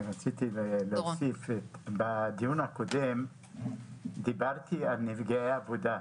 רציתי להוסיף, בדיון הקודם דיברתי על נפגעי עבודה.